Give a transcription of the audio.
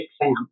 exam